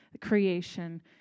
creation